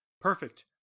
Perfect